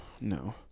No